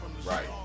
Right